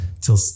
till